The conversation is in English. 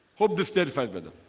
hope this clarifies whether